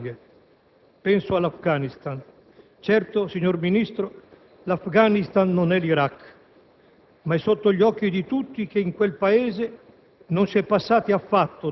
È sulla base di questa coerenza che si giudica la qualità di una politica internazionale ed essa ha dettato in effetti atti significativi